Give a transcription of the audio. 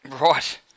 Right